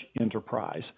enterprise